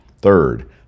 Third